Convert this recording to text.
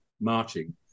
marching